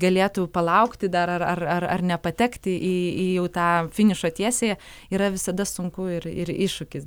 galėtų palaukti dar ar ar ar nepatekti į į jau tą finišo tiesiąją yra visada sunku ir ir iššūkis